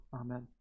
Amen